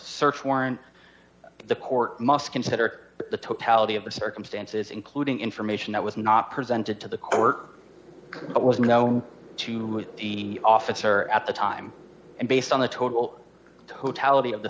search warrant the court must consider the totality of the circumstances including information that was not presented to the court but was known to the officer at the time and based on the total who tally of the